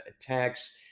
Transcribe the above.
attacks